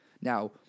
Now